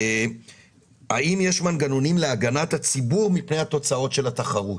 האם יש מנגנונים להגנת הציבור מפני התוצאות של התחרות?